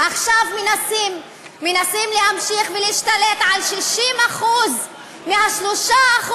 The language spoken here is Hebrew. עכשיו מנסים להמשיך ולהשתלט על 60% מה-3%